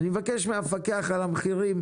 אני מבקש מהמפקח על המחירים,